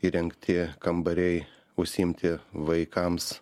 įrengti kambariai užsiimti vaikams